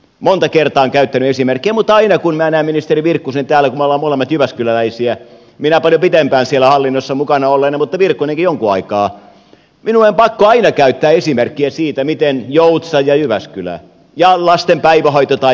monta kertaa olen käyttänyt esimerkkiä mutta aina kun minä näen ministeri virkkusen täällä kun me olemme molemmat jyväskyläläisiä minä paljon pitempään siellä hallinnossa mukana olleena mutta virkkunenkin jonkun aikaa minun on pakko käyttää esimerkkiä joutsasta ja jyväskylästä ja lasten päivähoidon tai peruskoulun järjestämisestä